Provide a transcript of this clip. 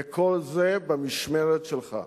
וכל זה במשמרת שלך.